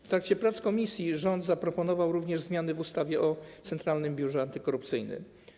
W trakcie prac komisji rząd zaproponował również zmiany w ustawie o Centralnym Biurze Antykorupcyjnym.